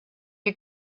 you